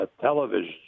television